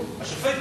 והשופט,